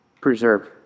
preserve